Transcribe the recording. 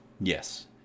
yes